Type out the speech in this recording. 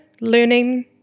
learning